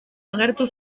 agertu